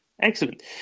Excellent